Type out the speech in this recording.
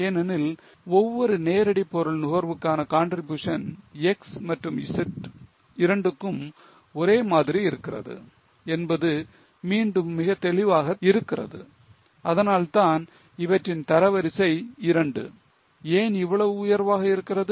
ஏனெனில் ஒவ்வொரு நேரடி பொருள் நுகர்வுக்கான contribution X மற்றும் Z இரண்டுக்கும் ஒரே மாதிரி இருக்கிறது என்பது மீண்டும் மிகத் தெளிவாக இருக்கிறது அதனால்தான் அவற்றின் தரவரிசை 2 ஏன் இவ்வளவு உயர்வாக இருக்கிறது